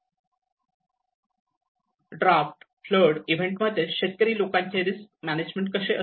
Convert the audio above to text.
draft flood event मध्ये शेतकरी लोकांचे रिस्क मॅनेजमेंट कसे असते